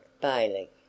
Bailey